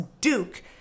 Duke